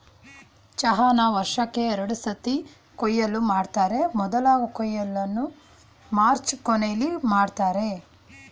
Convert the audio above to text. ಚಹಾನ ವರ್ಷಕ್ಕೇ ಎರಡ್ಸತಿ ಕೊಯ್ಲು ಮಾಡ್ತರೆ ಮೊದ್ಲ ಕೊಯ್ಲನ್ನ ಮಾರ್ಚ್ ಕೊನೆಲಿ ಮಾಡ್ತರೆ